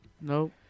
nope